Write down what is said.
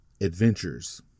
Adventures